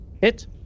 Hit